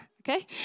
okay